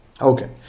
Okay